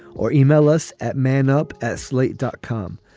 or yeah e-mail us at man up at slate dot com.